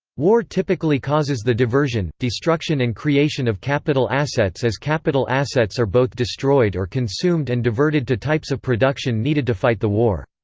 war typically causes the diversion, destruction and creation of capital assets as capital assets are both destroyed or consumed and diverted to types of production needed to fight the war.